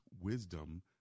wisdom